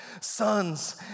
sons